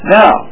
now